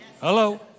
Hello